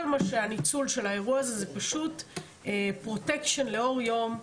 הניצול של האירוע הזה זה פשוט פרוטשקן לאור יום,